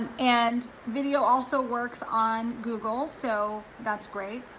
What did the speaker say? and and video also works on google, so that's great.